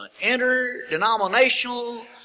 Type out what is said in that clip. interdenominational